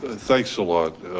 ah thanks a lot,